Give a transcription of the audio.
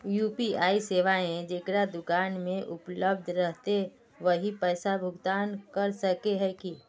UPI सेवाएं जेकरा दुकान में उपलब्ध रहते वही पैसा भुगतान कर सके है की?